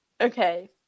okay